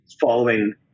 Following